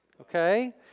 Okay